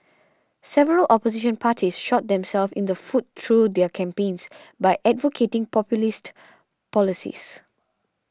several opposition parties shot themselves in the foot through their campaigns by advocating populist policies